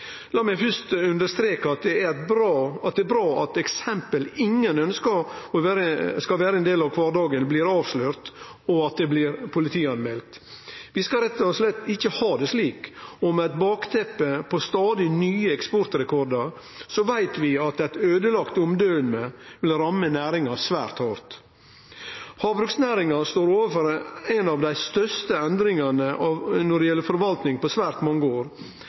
La meg først understreke at det er bra at eksempel ingen ønskjer skal vere ein del av kvardagen, blir avslørte, og at det blir politimeldt. Vi skal rett og slett ikkje ha det slik, og med eit bakteppe av stadig nye eksportrekordar veit vi at eit øydelagt omdøme vil ramme næringa svært hardt. Havbruksnæringa står overfor ei av dei største endringane innan forvaltning på svært mange år.